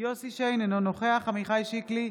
יוסף שיין, אינו נוכח עמיחי שיקלי,